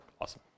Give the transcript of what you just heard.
awesome